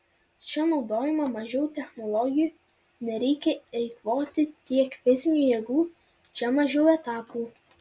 čia naudojama mažiau technologijų nereikia eikvoti tiek fizinių jėgų čia mažiau etapų